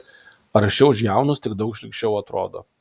aršiau už jaunus tik daug šlykščiau atrodo